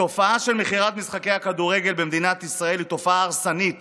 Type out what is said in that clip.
התופעה של מכירת משחקי הכדורגל במדינת ישראל היא תופעה הרסנית